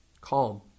calm